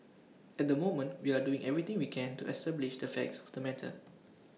at the moment we are doing everything we can to establish the facts of the matter